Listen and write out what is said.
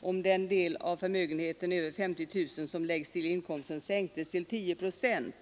om den del av förmögenhet över 50 000 kronor som läggs till inkomsten minskas till 10 procent.